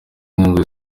inkunga